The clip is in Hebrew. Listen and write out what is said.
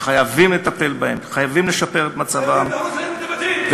שחייבים לטפל בהם, חייבים לשפר את מצבם וכו'.